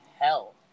hell